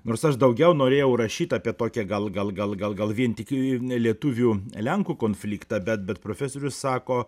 nors aš daugiau norėjau rašyt apie tokią gal gal gal gal vien tik ee lietuvių lenkų konfliktą bet bet profesorius sako